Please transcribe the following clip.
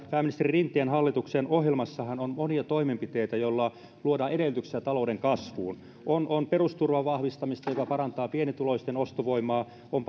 pääministeri rinteen hallituksen ohjelmassahan on monia toimenpiteitä joilla luodaan edellytyksiä talouden kasvuun on on perusturvan vahvistamista joka parantaa pienituloisten ostovoimaa on